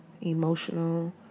emotional